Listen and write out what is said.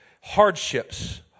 hardships